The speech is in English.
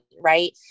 right